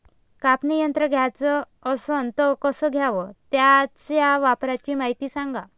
कापनी यंत्र घ्याचं असन त कस घ्याव? त्याच्या वापराची मायती सांगा